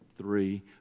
three